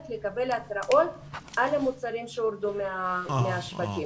לקבל התראות על המוצרים שהורדו מהשווקים.